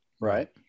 right